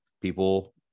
people